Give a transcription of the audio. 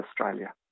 Australia